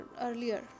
earlier